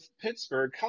Pittsburgh